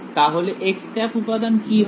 তাহলে উপাদান কি হবে